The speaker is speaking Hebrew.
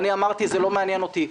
אמרתי: זה לא מעניין אותי,